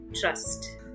trust